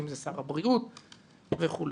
שר הבריאות וכו'.